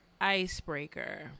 icebreaker